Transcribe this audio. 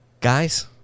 guys